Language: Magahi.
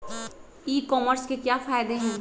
ई कॉमर्स के क्या फायदे हैं?